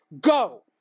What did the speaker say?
Go